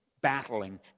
battling